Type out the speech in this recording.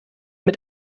mit